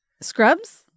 Scrubs